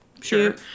Sure